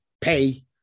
pay